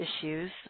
issues